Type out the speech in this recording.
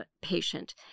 patient